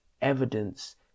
evidence